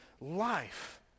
life